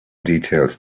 details